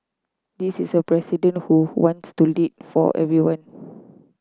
this is a president who who wants to lead for everybody